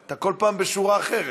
אתה כל פעם בשורה אחרת.